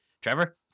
Trevor